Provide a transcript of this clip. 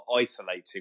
isolating